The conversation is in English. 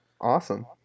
Awesome